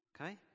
Okay